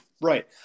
Right